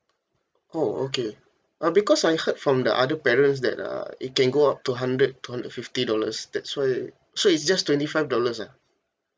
oh okay uh because I heard from the other parents that uh it can go up to hundred to hundred fifty dollars that's why so it's just twenty five dollars ah